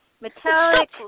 Metallic